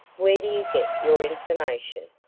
where do you get your information?